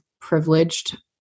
privileged